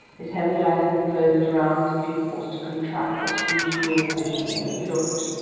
his heavy eyelids closed around his pupils to contract his huge field of vision, and he looked!